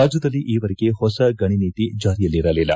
ರಾಜ್ದದಲ್ಲಿ ಈವರೆಗೆ ಪೊಸ ಗಣಿ ನೀತಿ ಜಾರಿಯಲ್ಲಿರಲಿಲ್ಲ